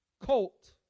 colt